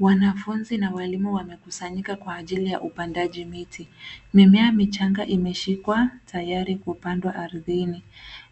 Wanafunzi na walimu wamekusanyika kwa ajili ya upandaji miti. Mimea michanga imeshikwa tayari kupandwa ardhini.